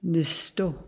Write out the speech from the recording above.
Nisto